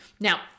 Now